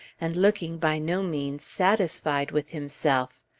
and looking by no means satisfied with himself!